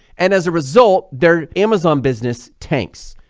and as a result their amazon business tanks.